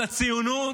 על הציונות,